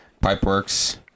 Pipeworks